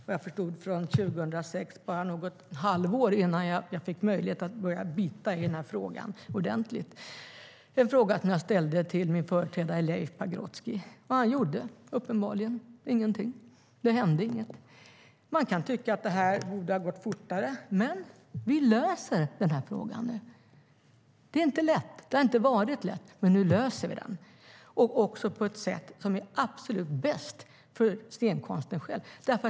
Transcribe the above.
Vad jag förstod var de från 2006, bara något halvår innan jag fick möjlighet att börja bita ordentligt i den här frågan. Det var en fråga som jag ställde till min företrädare Leif Pagrotsky. Han gjorde uppenbarligen ingenting. Det hände inget. Man kan tycka att det borde ha gått fortare, men vi löser den här frågan nu. Det är inte lätt. Det har inte varit lätt. Men nu löser vi den, och det på ett sätt som är absolut bäst för scenkonsten själv.